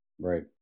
Right